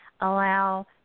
allow